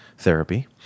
therapy